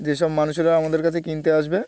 যেসব মানুষেরা আমাদের কাছে কিনতে আসবে